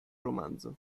romanzo